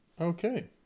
Okay